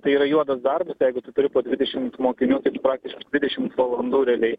tai yra juodas darbas jeigu tu turi po dvidešimt mokinių praktiškai dvidešimt valandų realiai